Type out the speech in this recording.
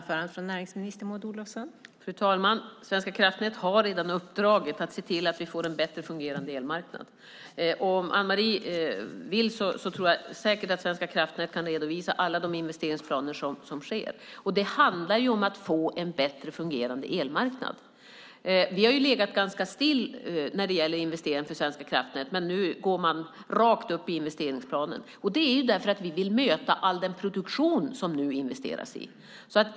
Fru talman! Svenska kraftnät har redan uppdraget att se till att vi får en bättre fungerande elmarknad. Om Anne-Marie vill, tror jag säkert att Svenska kraftnät kan redovisa alla de investeringsplaner som finns. Det handlar om att få en bättre fungerande elmarknad. Vi har legat ganska still när det gäller investeringar för Svenska kraftnät, men nu går man rakt upp i investeringsplanen. Det sker därför att vi vill möta all den produktion som det nu investeras i.